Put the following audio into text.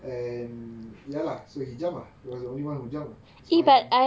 and ya lah so he jump ah he was the only one who jump smiling